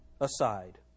aside